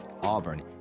Auburn